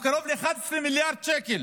קרוב ל-11 מיליארד שקל